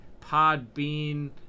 Podbean